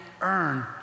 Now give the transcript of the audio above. earn